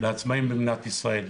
לעצמאים במדינת ישראל.